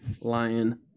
lion